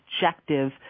objective